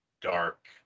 dark